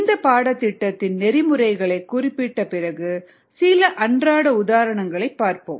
இந்த பாட திட்டத்தின் நெறிமுறைகளைக் குறிப்பிட்ட பிறகு சில அன்றாட உதாரணங்களைப் பார்த்தோம்